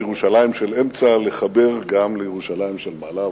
וירושלים של אמצע לחבר גם לירושלים של מעלה,